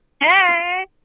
Hey